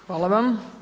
Hvala vam.